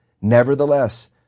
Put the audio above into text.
Nevertheless